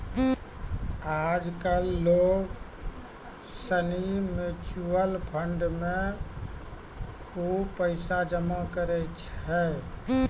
आज कल लोग सनी म्यूचुअल फंड मे खुब पैसा जमा करै छै